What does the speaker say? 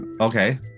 Okay